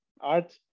art